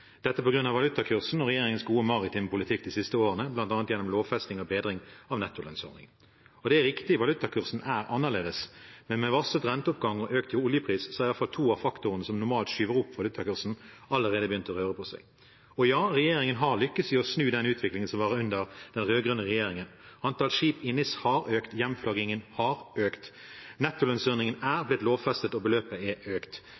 dette på grunn av valutakursen og regjeringens gode maritime politikk de siste årene, bl.a. gjennom lovfesting av bedring av nettolønnsordningen. Det er riktig at valutakursen er annerledes, men med varslet renteoppgang og økt oljepris har iallfall to av faktorene som normalt skyver opp valutakursen, allerede begynt å røre på seg. Regjeringen har lyktes i å snu den utviklingen som var under den rød-grønne regjeringen. Antallet skip i NIS har økt, hjemflaggingen har økt, nettolønnsordningen